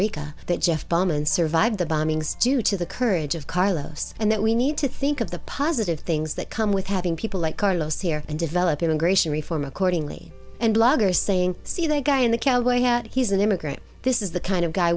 bowman survived the bombings due to the courage of carlos and that we need to think of the positive things that come with having people like carlos here and develop immigration reform accordingly and blogger saying see the guy in the cowboy hat he's an immigrant this is the kind of guy